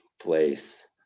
place